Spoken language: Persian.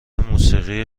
موسیقی